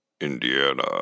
Indiana